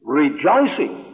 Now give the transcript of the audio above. rejoicing